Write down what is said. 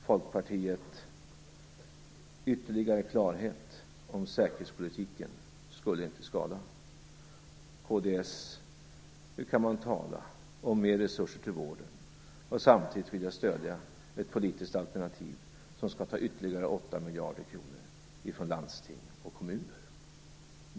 Folkpartiet: Ytterligare klarhet om säkerhetspolitiken skulle inte skada. Kristdemokraterna: Hur kan man tala om mer resurser till vården och samtidigt vilja stödja ett politiskt alternativ som skall ta ytterligare 8 miljarder kronor från landsting och kommuner?